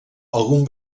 algun